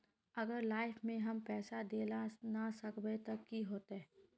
अगर लाइफ में हम पैसा दे ला ना सकबे तब की होते?